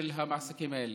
של המעסיקים האלה.